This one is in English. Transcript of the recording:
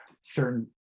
certain